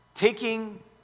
Taking